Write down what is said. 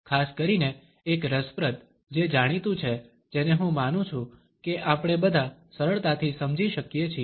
ખાસ કરીને એક રસપ્રદ જે જાણીતું છે જેને હું માનું છું કે આપણે બધા સરળતાથી સમજી શકીએ છીએ